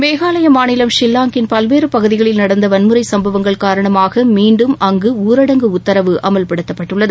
மேகாலய மாநிலம் ஷில்லாங்கில் பல்வேறு பகுதிகளில் நடந்த வன்முறை சம்பவங்கள் காரணமாக மீண்டும் அங்கு ஊரடங்கு உத்தரவு அமல்படுத்தப்பட்டுள்ளது